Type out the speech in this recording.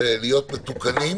להיות מתוקנים,